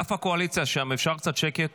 באגף הקואליציה שם אפשר קצת שקט?